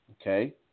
Okay